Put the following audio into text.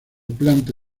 planta